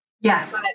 Yes